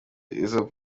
izo